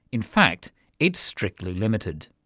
in fact it's strictly limited.